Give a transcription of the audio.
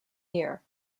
year